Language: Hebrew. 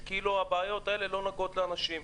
שהבעיות האלה לא נוגעות לאנשים.